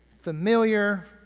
familiar